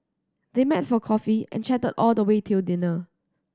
they met for coffee and chatted all the way till dinner